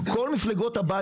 כל מפלגות הבית